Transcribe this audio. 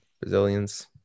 brazilians